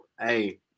Hey